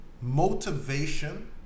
motivation